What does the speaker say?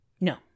no